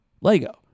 Lego